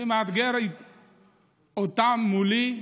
אני מאתגר אותם מולי,